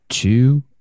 two